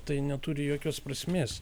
tai neturi jokios prasmės